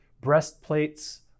breastplates